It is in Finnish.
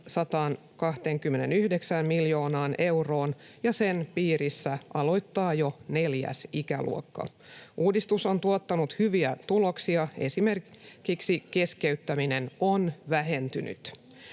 129 miljoonaan euroon, ja sen piirissä aloittaa jo neljäs ikäluokka. Uudistus on tuottanut hyviä tuloksia, esimerkiksi keskeyttäminen on vähentynyt.